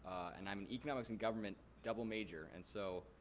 and i'm economics and government double major. and so,